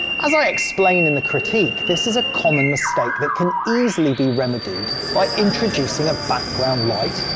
as i explain in the critique this is a common mistake that can easily be remedied by introducing a background light,